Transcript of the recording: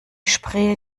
spree